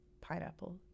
Pineapple